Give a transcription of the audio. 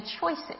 choices